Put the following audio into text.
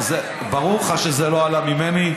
ברור לך שזה לא עלה ממני.